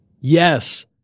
Yes